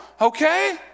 okay